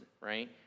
right